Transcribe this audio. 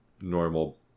normal